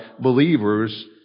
believers